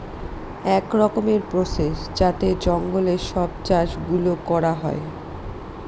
এক রকমের প্রসেস যাতে জঙ্গলে সব চাষ গুলো করা হয়